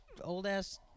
old-ass